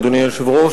אדוני היושב-ראש,